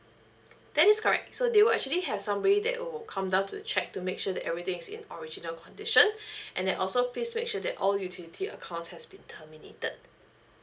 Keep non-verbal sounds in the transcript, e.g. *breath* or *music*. that is correct so they will actually have some way that'll come down to check to make sure that everything's in original condition *breath* and then also please make sure that all utility account has been terminated